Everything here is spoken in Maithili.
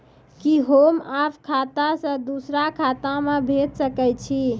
कि होम आप खाता सं दूसर खाता मे भेज सकै छी?